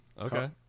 Okay